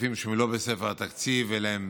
כספים שהם לא בספר התקציב אלא הם